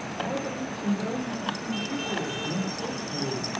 i believe some very interesting people rent safes here.